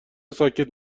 ساکت